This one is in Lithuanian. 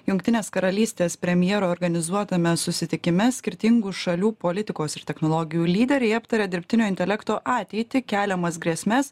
jungtinės karalystės premjero organizuotame susitikime skirtingų šalių politikos ir technologijų lyderiai aptarė dirbtinio intelekto ateitį keliamas grėsmes